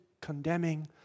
condemning